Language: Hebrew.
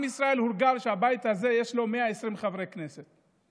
עם ישראל הורגל שהבית הזה, יש בו 120 חברי כנסת,